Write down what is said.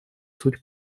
суть